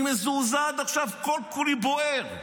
אני מזועזע עד עכשיו, כל-כולי בוער.